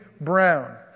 Brown